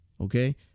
okay